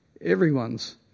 everyone's